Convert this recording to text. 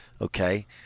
okay